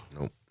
Nope